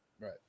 Right